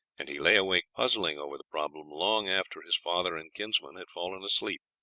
and he lay awake puzzling over the problem long after his father and kinsman had fallen asleep.